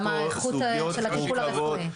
גם האיכות של הטיפול הרפואי.